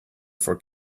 for